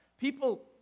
People